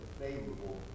favorable